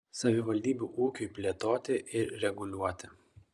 savivaldybių ūkiui plėtoti ir reguliuoti